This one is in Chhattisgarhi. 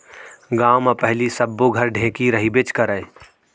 गॉंव म पहिली सब्बो घर ढेंकी रहिबेच करय